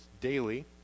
daily